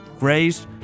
raised